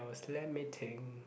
I was lamenting